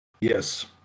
Yes